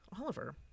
Oliver